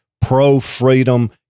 pro-freedom